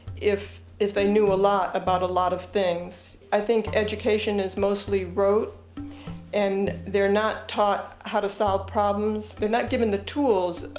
if if they knew a lot about a lot of things. i think education is mostly rote and they're not taught how to solve problems. they're not given the tools,